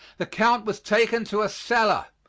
the count was taken to a cellar,